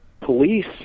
police